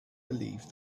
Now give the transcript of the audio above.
believed